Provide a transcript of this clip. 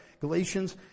Galatians